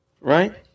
right